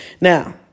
Now